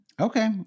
Okay